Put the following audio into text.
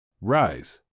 Rise